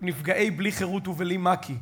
נפגעי "בלי חרות ומק"י",